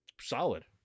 solid